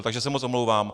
Takže se moc omlouvám.